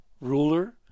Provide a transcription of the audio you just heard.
Ruler